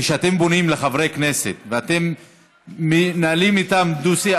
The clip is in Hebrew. כשאתם פונים לחברי כנסת ואתם מנהלים איתם דו-שיח,